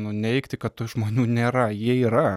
nuneigti kad tų žmonių nėra jie yra